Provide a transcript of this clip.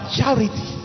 charity